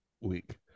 week